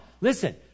listen